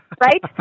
right